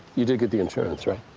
you did get the insurance right?